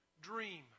Dream